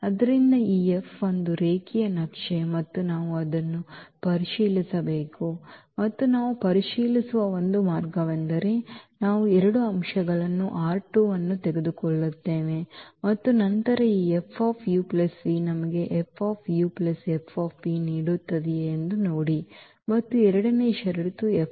ಆದ್ದರಿಂದ ಈ F ಒಂದು ರೇಖೀಯ ನಕ್ಷೆ ಮತ್ತು ನಾವು ಅದನ್ನು ಪರಿಶೀಲಿಸಬೇಕು ಮತ್ತು ನಾವು ಪರಿಶೀಲಿಸುವ ಒಂದು ಮಾರ್ಗವೆಂದರೆ ನಾವು ಎರಡು ಅಂಶಗಳನ್ನು ಅನ್ನು ತೆಗೆದುಕೊಳ್ಳುತ್ತೇವೆ ಮತ್ತು ನಂತರ ಈ ನಮಗೆ ನೀಡುತ್ತದೆಯೇ ಎಂದು ನೋಡಿ ಮತ್ತು ಎರಡನೇ ಷರತ್ತು ಎಫ್